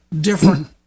different